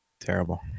Terrible